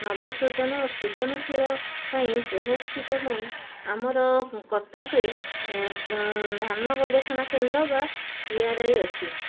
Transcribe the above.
ନବ ସୃଜନ ଓ ସୃଜନଶୀଳ ପାଇଁ ପ୍ରୋହତ୍ସିତ ପାଇଁ ଆମର କଟକରେ ଧାନ ଗବେଷଣା କେନ୍ଦ୍ର ବା ସି ଆର୍ ଆଇ ଅଛି